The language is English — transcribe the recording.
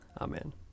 Amen